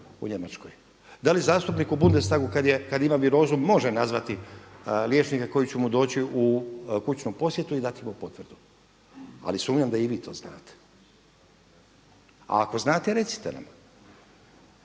u Njemačkoj, da li zastupnik u Bundestagu kada ima virozu može nazvati liječnika koji će mu doći u kućnu posjetu i dati mu potvrdu, ali sumnjam da i vi to znate, a ako znate recite nam